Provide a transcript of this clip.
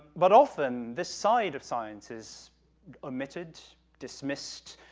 but often, this side of science is omitted, dismissed,